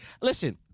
Listen